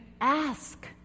ask